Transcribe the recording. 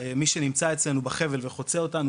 מי שנמצא אצלנו בחבל וחוצה אותנו,